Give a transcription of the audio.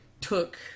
took